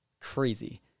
Crazy